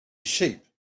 sheep